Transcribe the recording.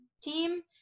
team